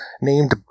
named